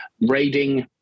Raiding